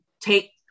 take